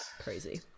Crazy